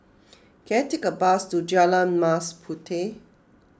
can I take a bus to Jalan Mas Puteh